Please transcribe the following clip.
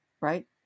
right